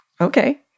Okay